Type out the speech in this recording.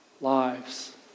lives